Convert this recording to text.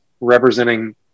representing